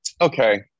okay